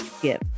give